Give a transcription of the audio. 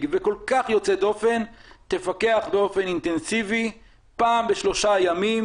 וכל כך יוצא דופן תפקח באופן אינטנסיבי פעם בשלושה ימים,